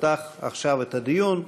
תפתח עכשיו את הדיון.